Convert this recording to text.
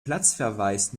platzverweis